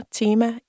tema